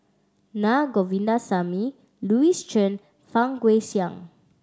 Naa Govindasamy Louis Chen Fang Guixiang